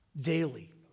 daily